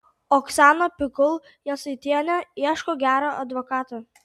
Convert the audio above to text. oksana pikul jasaitienė ieško gero advokato